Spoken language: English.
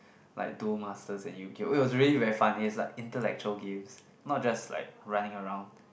like Duel Masters and Yu-gi-oh it was really very fun it's like intellectual games not just like running around